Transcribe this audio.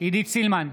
עידית סילמן,